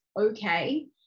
okay